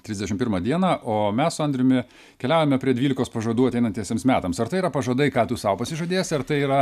trisdešim pirmą dieną o mes su andriumi keliaujame prie dvylikos pažadų ateinantiesiems metams ar tai yra pažadai ką tu sau pasižadėsi ar tai yra